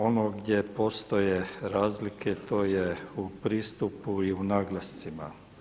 Ono gdje postoje razlike to je u pristupu i u naglascima.